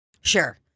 sure